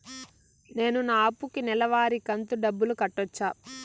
నేను నా అప్పుకి నెలవారి కంతు డబ్బులు కట్టొచ్చా?